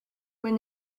when